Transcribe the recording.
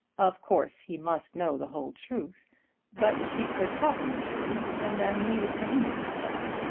of course he must know the whole truth but she could tell him the truth and then leave it for him to decide.